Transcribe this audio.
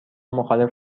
مخالف